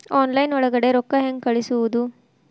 Online ಒಳಗಡೆ ರೊಕ್ಕ ಹೆಂಗ್ ಕಳುಹಿಸುವುದು?